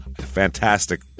fantastic